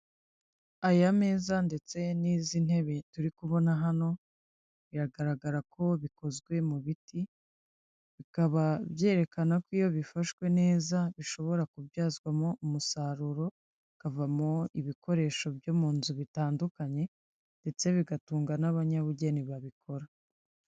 Aya meza ndetse n'izi ntebe turi kubona hano biragaragara ko bikozwe mu biti bikaba byerekana ko iyo bifashwe neza bishobora kubyazwamo umusaruro, hakavamo ibikoresho byo mu nzu bitandukanye ndetse bigatunga n'abanyabugeni babikora.